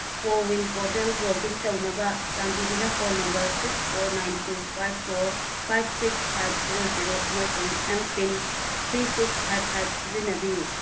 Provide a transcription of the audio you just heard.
CoWIN portal log in ꯇꯧꯅꯕ ꯆꯥꯟꯕꯤꯗꯨꯅ phone number six four nine two five four five six five zero zero ꯑꯃꯁꯨꯡ M PIN three six five five ꯁꯤꯖꯤꯟꯅꯕꯤꯌꯨ